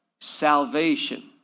salvation